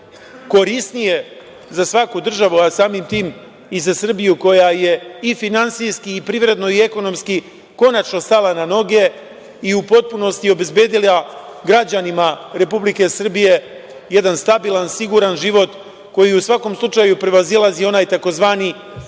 najkorisnije za svaku državu, a samim tim i za Srbiju koja je finansijski, privredno i ekonomski konačno stala na noge i u potpunosti obezbedila građanima Republike Srbije jedan stabilan, siguran život koji prevazilazi onaj tzv.